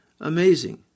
Amazing